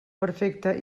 perfecta